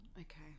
Okay